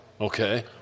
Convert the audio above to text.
Okay